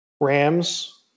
Rams